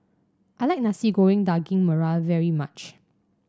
I like Nasi Goreng Daging Merah very much